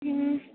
ਹਮ